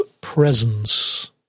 presence